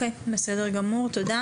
בסדר גמור, תודה.